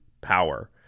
power